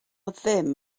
ddim